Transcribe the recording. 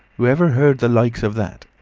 who ever heard the likes of that?